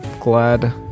glad